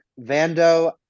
Vando